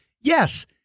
yes